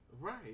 Right